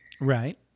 right